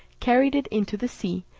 carried it into the sea,